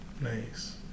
Nice